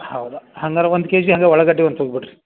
ಹೌದಾ ಹಂಗಾರೆ ಒಂದು ಕೆ ಜಿ ಹಂಗೆ ಉಳ್ಳಾಗಡ್ಡಿ ಒಂದು ತೊಗೋಬರ್ರಿ